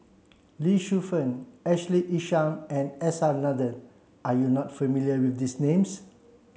Lee Shu Fen Ashley Isham and S R Nathan are you not familiar with these names